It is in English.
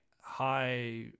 high